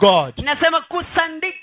God